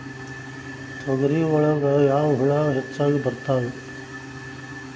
ತೊಗರಿ ಒಳಗ ಯಾವ ಹುಳ ಹೆಚ್ಚಾಗಿ ಬರ್ತವೆ?